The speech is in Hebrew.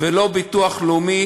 לא גמלאות ביטוח לאומי,